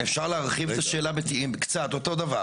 אפשר להרחיב את השאלה קצת, אותו דבר.